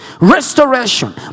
Restoration